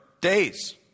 days